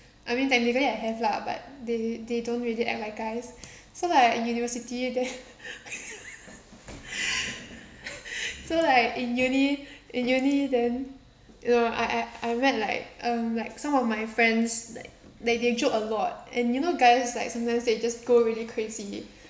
I mean technically I have lah but they they don't really act like guys so like in university they so like in uni in uni then uh I I I met like um like some of my friends like they they joke a lot and you know guys like sometimes they just go really crazy